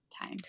time